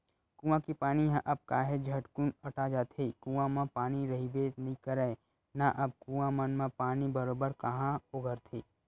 कुँआ के पानी ह अब काहेच झटकुन अटा जाथे, कुँआ म पानी रहिबे नइ करय ना अब कुँआ मन म पानी बरोबर काँहा ओगरथे